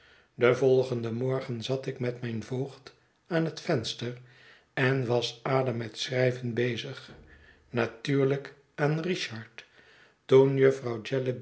den volgenden morgen zat ik met mijn voogd aan het venster en was ada met schrijven bezig natuurlijk aan richard toen jufvrouw